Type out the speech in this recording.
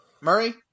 Murray